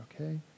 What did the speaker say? Okay